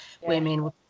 Women